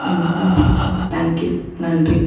வச்சுட்றங்க thank you நன்றி